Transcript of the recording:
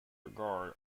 regard